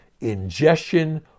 ingestion